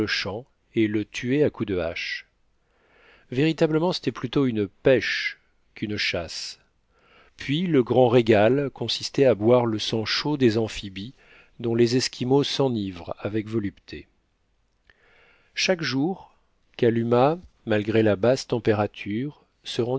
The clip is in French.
et le tuaient à coups de hache véritablement c'était plutôt une pêche qu'une chasse puis le grand régal consistait à boire le sang chaud des amphibies dont les esquimaux s'enivrent avec volupté chaque jour kalumah malgré la basse température se